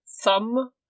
thumb